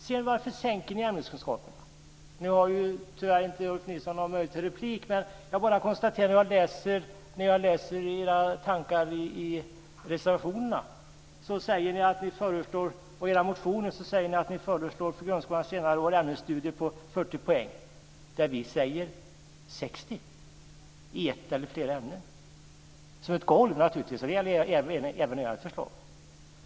Varför sänker ni poängen i ämneskunskaperna? Nu har tyvärr Ulf Nilsson inte någon möjlighet till replik, men jag konstaterar när jag läser era tankar i era reservationer och motioner att ni föreslår för grundskolans senare år ämnesstudier på 40 poäng där vi säger 60 poäng i ett eller flera ämnen. Det ska naturligtvis vara ett golv, och det gäller även i ert förslag.